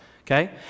okay